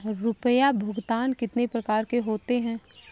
रुपया भुगतान कितनी प्रकार के होते हैं?